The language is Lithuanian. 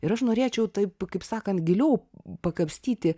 ir aš norėčiau taip kaip sakant giliau pakapstyti